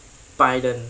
biden